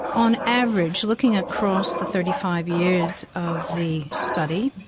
on average, looking across the thirty five years of the study,